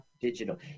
Digital